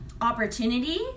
opportunity